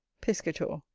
piscator.